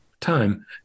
time